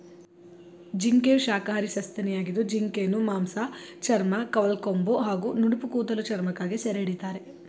ಜಿಂಕೆಯು ಶಾಖಾಹಾರಿ ಸಸ್ತನಿಯಾಗಿದ್ದು ಜಿಂಕೆಯನ್ನು ಮಾಂಸ ಚರ್ಮ ಕವಲ್ಕೊಂಬು ಹಾಗೂ ನುಣುಪುಕೂದಲ ಚರ್ಮಕ್ಕಾಗಿ ಸೆರೆಹಿಡಿತಾರೆ